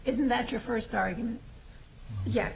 isn't that your first argument ye